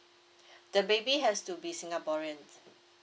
the baby has to be singaporeans